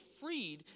freed